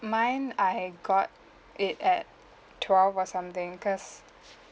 mine I got it at twelve or something cause